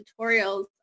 tutorials